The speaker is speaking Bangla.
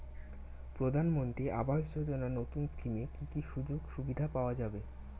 প্রধানমন্ত্রী আবাস যোজনা নতুন স্কিমে কি কি সুযোগ সুবিধা পাওয়া যাবে?